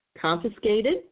confiscated